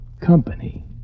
company